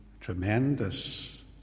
tremendous